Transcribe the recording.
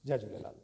Jay Jhulelal